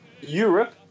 Europe